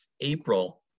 April